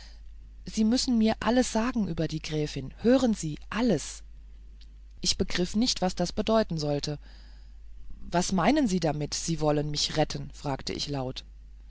sie müssen mir alles sagen über die gräfin hören sie alles ich begriff nicht was das bedeuten sollte was meinen sie damit sie wollen mich retten fragte ich laut